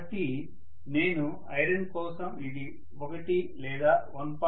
కాబట్టి నేను ఐరన్ కోసం ఇది 1 లేదా 1